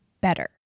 better